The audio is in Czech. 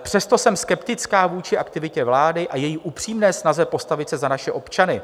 Přesto jsem skeptická vůči aktivitě vlády a její upřímné snaze postavit se za naše občany.